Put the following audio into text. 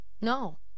No